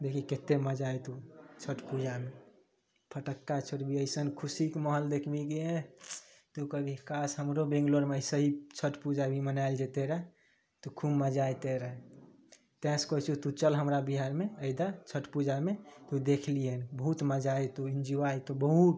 देखी केते मजा एतौ छठि पूजामे फटक्का छोरबिहि अइसन खुशीके माहौल देखबिहि की इएह तू कहबी कास हमरो बैंगलोरमे अइसेही छठ पूजा भी मनायल जैतै रहए तऽ खूब मजा अइते रहए तैँ सँ कहै छियौ तू चल हमरा बिहार मे छठ पूजा मे तू देख लिहैन बहुत मजा एतौ एन्जॉय एतौ बहुत